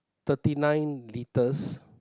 thirty nine liters